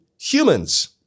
humans